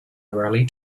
early